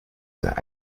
sehr